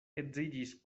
edziĝis